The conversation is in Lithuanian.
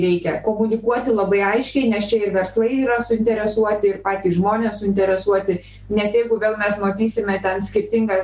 reikia komunikuoti labai aiškiai nes čia ir verslai yra suinteresuoti ir patys žmonės suinteresuoti nes jeigu vėl mes matysime ten skirtingą